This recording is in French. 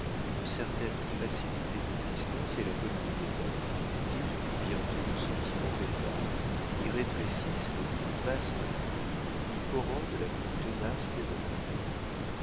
une certaine facilité d'existence et la bonhomie des mœurs y étouffent bientôt le sentiment des arts y rétrécissent le plus vaste cœur y corrodent la plus tenace des volontés